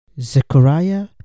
Zechariah